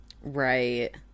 Right